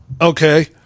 Okay